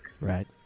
Right